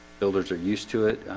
builders are used to it,